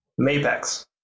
Mapex